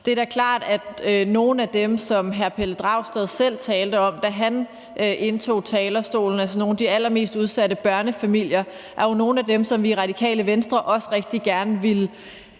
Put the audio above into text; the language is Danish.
Det er da klart, at nogle af dem, som hr. Pelle Dragsted selv talte om, da han indtog talerstolen, altså nogle af de allermest udsatte børnefamilier, også er nogle af dem, som vi i Radikale Venstre rigtig gerne ville